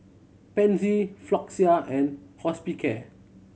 Pansy Floxia and Hospicare